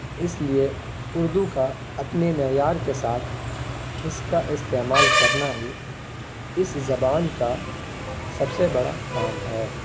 اس لیے اردو کا اپنے معیار کے ساتھ اس کا استعمال کرنا ہی اس زبان کا سب سے بڑا کام ہے